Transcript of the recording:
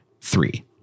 three